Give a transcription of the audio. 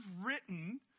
written